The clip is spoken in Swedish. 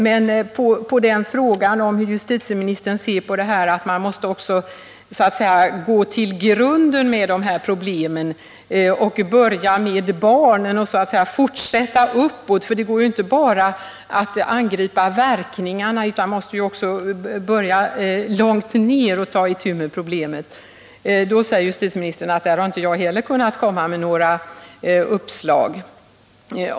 att förbättra ord På frågan hur justitieministern ser på mitt påstående att vi måste gå till grunden med problemen, börja med barnen och sedan fortsätta uppåt, eftersom det inte går att bara angripa verkningarna av problemen, svarar justitieministern att inte heller jag har kunnat komma med några uppslag.